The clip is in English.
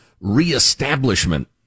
reestablishment